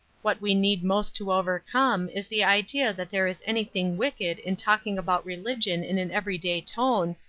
what we need most to overcome is the idea that there is anything wicked in talking about religion in an everyday tone,